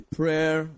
prayer